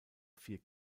vier